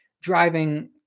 driving